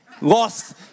Lost